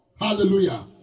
Hallelujah